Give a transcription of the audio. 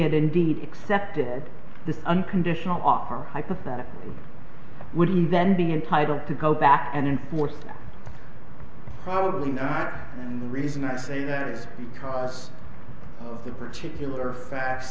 had indeed accepted the unconditional offer hypothetically would he then be entitled to go back and enforce probably not and the reason i say that is because of the particular facts